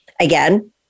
Again